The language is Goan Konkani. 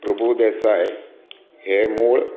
प्रभूदेसाय हें मूळ